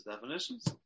definitions